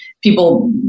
people